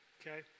okay